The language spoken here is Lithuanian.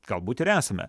galbūt ir esame